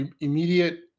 immediate